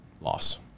Loss